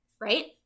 Right